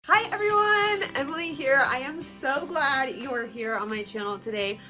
hi everyone, emily here! i am so glad you are here on my channel today.